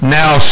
now